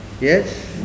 Yes